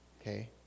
okay